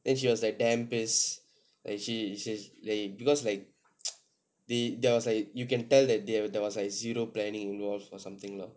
then she was like damn pisssed like she she like because like there there was like you can tell that they have there was like zero planning involved or something lah